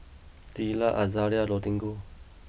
Teela Azaria and Rodrigo